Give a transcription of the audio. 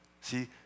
See